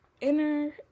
inner